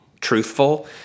truthful